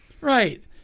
right